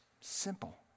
Simple